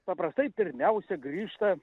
paprastai pirmiausia grįžta